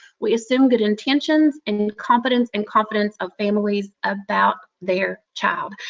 we assume good intentions and competence and competence of families about their child.